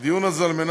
הדיון הזה כדי